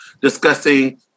discussing